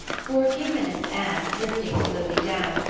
for a few minutes anne, drifting slowly down,